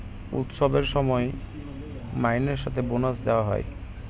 উৎসবের সময় মাইনের সাথে বোনাস দেওয়া হয়